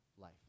life